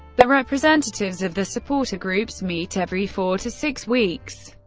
the representatives of the supporter groups meet every four to six weeks.